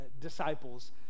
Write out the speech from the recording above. disciples